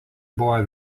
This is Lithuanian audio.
buvo